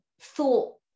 thought